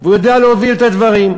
והוא יודע להוביל את הדברים.